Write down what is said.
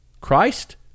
Christ